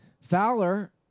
Fowler